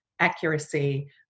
accuracy